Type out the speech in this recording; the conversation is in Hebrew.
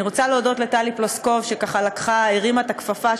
אני רוצה להודות לטלי פלוסקוב שהרימה את הכפפה,